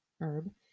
herb